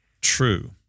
true